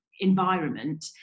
environment